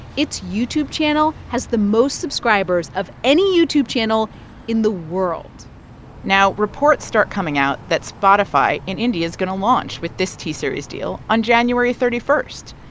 its youtube channel has the most subscribers of any youtube channel in the world now, reports start coming out that spotify in india is going to launch with this t-series deal on january thirty one.